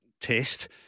test